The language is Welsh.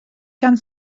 gan